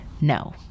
no